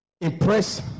impress